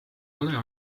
ole